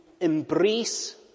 embrace